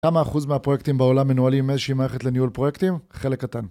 כמה אחוז מהפרויקטים בעולם מנוהלים עם איזו שהיא מערכת לניהול פרויקטים? חלק קטן.